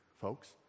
folks